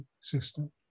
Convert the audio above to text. system